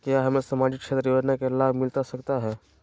क्या हमें सामाजिक क्षेत्र योजना के लाभ मिलता सकता है?